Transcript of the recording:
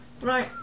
Right